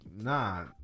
nah